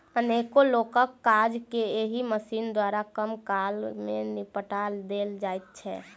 अनेको लोकक काज के एहि मशीन द्वारा कम काल मे निपटा देल जाइत छै